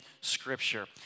scripture